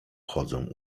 chodzą